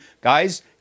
guys